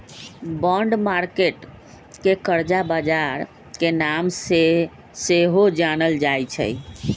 bond market के करजा बजार के नाम से सेहो जानल जाइ छइ